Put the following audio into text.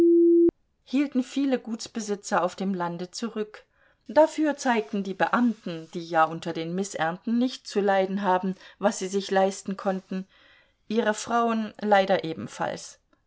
hielten viele gutsbesitzer auf dem lande zurück dafür zeigten die beamten die ja unter den mißernten nicht zu leiden haben was sie sich leisten konnten ihre frauen leider ebenfalls